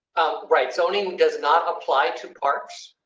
right. zoning does not apply to parks.